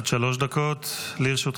בבקשה, עד שלוש דקות לרשותך.